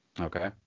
Okay